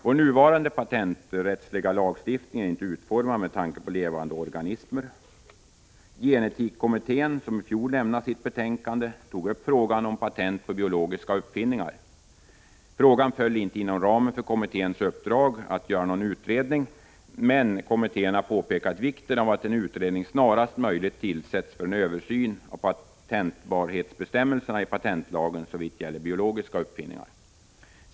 Vår nuvarande patenträttsliga lagstiftning är inte utformad med tanke på levande organismer. Men gen-etikkommittén, som i fjol lämnade sitt betänkande, tog upp frågan om patent på biologiska uppfinningar. Det föll inte inom ramen för kommitténs uppdrag att göra någon utredning i frågan, men kommittén har påpekat vikten av att en utredning snarast möjligt tillsätts för en översyn av patentbarhetsbestämmelserna i patentlagen såvitt gäller biologiska uppfinningar.